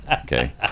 okay